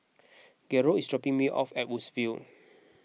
Garold is dropping me off at Woodsville